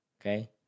okay